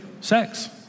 Sex